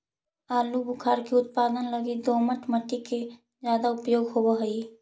आलूबुखारा के उत्पादन लगी दोमट मट्टी ज्यादा उपयोग होवऽ हई